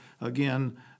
again